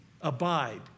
abide